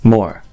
More